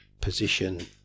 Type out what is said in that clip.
position